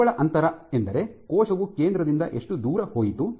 ನಿವ್ವಳ ಅಂತರ ಎಂದರೆ ಕೋಶವು ಕೇಂದ್ರದಿಂದ ಎಷ್ಟು ದೂರ ಹೋಯಿತು